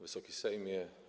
Wysoki Sejmie!